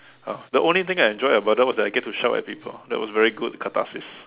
uh the only thing I enjoyed about that was I get to shout at people that was very good catharsis